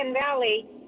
Valley